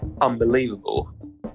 unbelievable